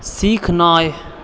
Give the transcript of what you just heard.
सिखनाए